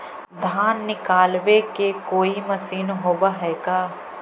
धान निकालबे के कोई मशीन होब है का?